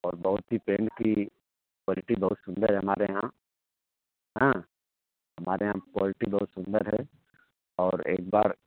और बहुत ही पेन्ट की क्वालिटी बहुत ही सुंदर है हमारे यहाँ हाँ हमारे यहा क्वाल्टी बहुत सुंदर है और एक बार